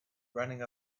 running